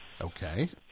Okay